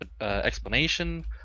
explanation